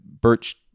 birch